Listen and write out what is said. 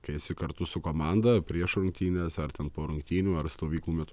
kai esi kartu su komanda prieš rungtynes ar ten po rungtynių ar stovyklų metu